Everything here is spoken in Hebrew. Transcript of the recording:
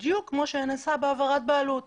בדיוק כמו שנעשה בהעברת בעלות.